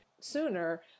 sooner